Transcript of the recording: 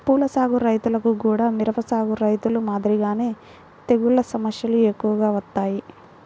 పూల సాగు రైతులకు గూడా మిరప సాగు రైతులు మాదిరిగానే తెగుల్ల సమస్యలు ఎక్కువగా వత్తాయి